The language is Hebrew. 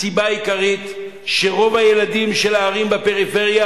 הסיבה העיקרית היא שרוב הילדים בערים בפריפריה